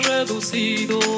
Reducido